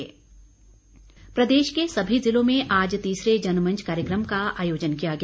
जनमंच प्रदेश के सभी जिलों में आज तीसरे जनमंच कार्यक्रम का आयोजन किया गया